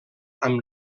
amb